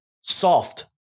Soft